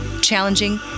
challenging